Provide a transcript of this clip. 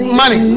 money